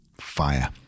fire